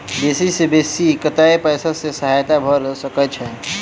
बेसी सऽ बेसी कतै पैसा केँ सहायता भऽ सकय छै?